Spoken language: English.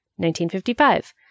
1955